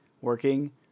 working